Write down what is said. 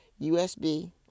USB